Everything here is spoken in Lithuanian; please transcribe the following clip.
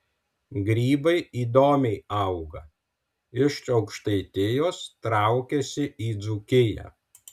grybai įdomiai auga iš aukštaitijos traukiasi į dzūkiją